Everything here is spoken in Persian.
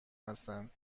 هستند